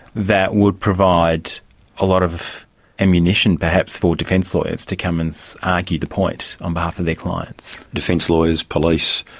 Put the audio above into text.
that would provide a lot of ammunition perhaps for defence lawyers to come and so argue the point on behalf of their clients. defence lawyers, police,